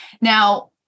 Now